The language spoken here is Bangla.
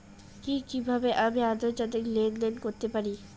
কি কিভাবে আমি আন্তর্জাতিক লেনদেন করতে পারি?